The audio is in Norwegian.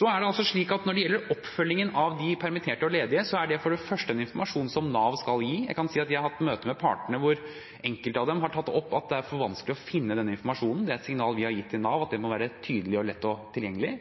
Når det gjelder oppfølgingen av de permitterte og ledige, er det for det første en informasjon som Nav skal gi. Jeg kan si at jeg har hatt møte med partene hvor enkelte av dem har tatt opp at det er for vanskelig å finne denne informasjonen. Det er et signal vi har gitt til Nav, at det må være tydelig og lett tilgjengelig.